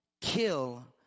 kill